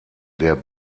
der